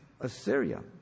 Assyria